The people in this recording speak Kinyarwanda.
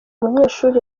umunyeshuri